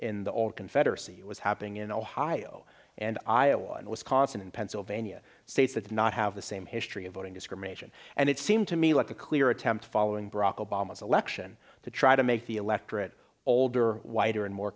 in the old confederacy it was happening in ohio and iowa and wisconsin and pennsylvania states that did not have the same history of voting discrimination and it seemed to me like a clear attempt following barack obama's election to try to make the electorate older whiter and more